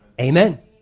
Amen